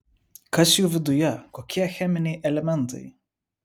kas jų viduje kokie cheminiai elementai